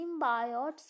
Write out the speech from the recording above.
symbiotes